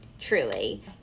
truly